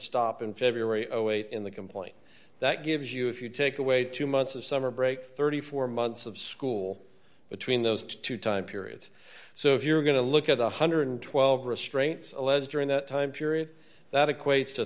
stop in february of eight in the complaint that gives you if you take away two months of summer break thirty four months of school between those two time periods so if you're going to look at one hundred and twelve dollars restraints allez during that time period that equates